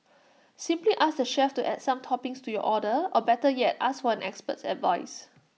simply ask the chef to add some toppings to your order or better yet ask for an expert's advice